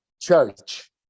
church